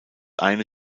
eine